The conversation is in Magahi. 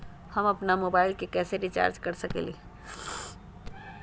हम अपन मोबाइल कैसे रिचार्ज कर सकेली?